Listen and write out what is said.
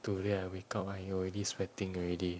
today I wake up I already sweating already